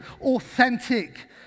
authentic